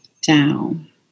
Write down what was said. down